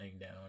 down